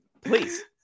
please